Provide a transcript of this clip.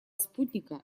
спутника